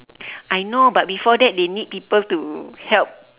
I know but before that they need people to help